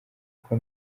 uko